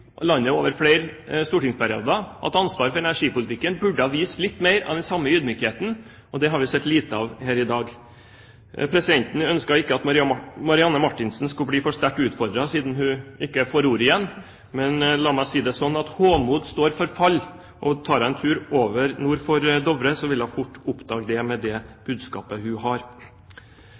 landet over flere stortingsperioder og hatt ansvar for energipolitikken, burde vise litt mer av den samme ydmykheten. Det har vi sett lite av her i dag. Presidenten ønsket ikke at Marianne Marthinsen skulle bli for sterkt utfordret, siden hun ikke får ordet igjen i denne debatten. Men la meg si det slik, hovmod står for fall. Tar hun en tur over, nord for Dovre, vil hun fort oppdage det – med det budskapet hun har.